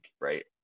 right